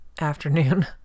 afternoon